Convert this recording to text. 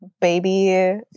baby